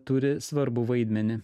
turi svarbų vaidmenį